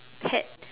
pet